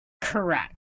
correct